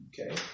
Okay